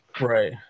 Right